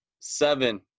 seven